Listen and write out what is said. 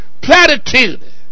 platitude